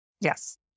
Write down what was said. Yes